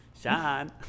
Sean